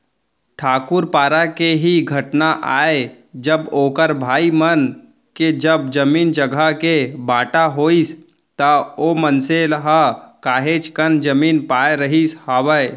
ठाकूर पारा के ही घटना आय जब ओखर भाई मन के जब जमीन जघा के बाँटा होइस त ओ मनसे ह काहेच कन जमीन पाय रहिस हावय